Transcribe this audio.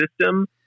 system